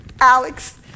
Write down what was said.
Alex